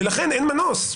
לכן אין מנוס.